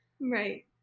Right